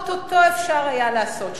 או-טו-טו אפשר היה לעשות שלום.